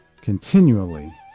continually